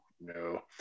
No